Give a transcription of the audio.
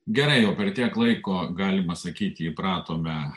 gerai jau per tiek laiko galima sakyti įpratome